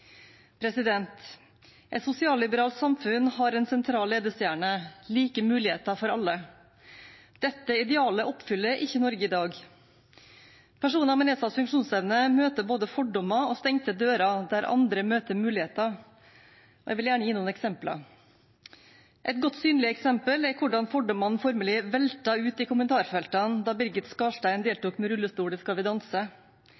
Et sosialliberalt samfunn har en sentral ledestjerne: like muligheter for alle. Dette idealet oppfyller ikke Norge i dag. Personer med nedsatt funksjonsevne møter både fordommer og stengte dører der andre møter muligheter. Jeg vil gjerne gi noen eksempler. Et godt synlig eksempel er hvordan fordommene formelig veltet ut i kommentarfeltene da Birgit